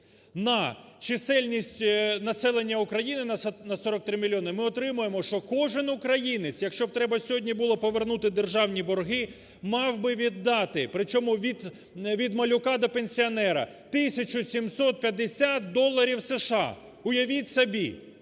на чисельність населення України, на 43 мільйони, ми отримаємо, що кожен українець, якщо б треба сьогодні було повернути державні борги, мав би віддати, причому від малюка до пенсіонера, тисячу 750 доларів США, уявіть собі.